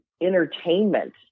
entertainment